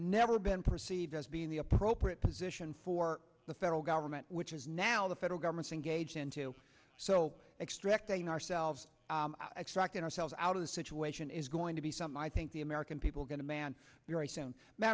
never been perceived as being the appropriate position for the federal government which is now the federal government's engaged and to so extracting ourselves i extract ourselves out of the situation is going to be some i think the american people are going to man very soon